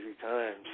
times